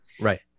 Right